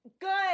good